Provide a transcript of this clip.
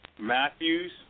Matthews